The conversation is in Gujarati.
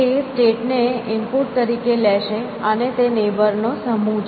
તે સ્ટેટ ને ઇનપુટ તરીકે લેશે અને તે નેબર નો સમૂહ છે